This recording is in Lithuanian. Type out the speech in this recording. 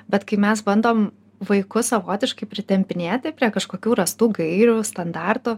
bet kai mes bandom vaikus savotiškai pritempinėti prie kažkokių rastų gairių standartų